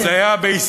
אבל זה היה בעסקה,